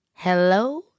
Hello